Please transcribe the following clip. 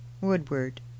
Woodward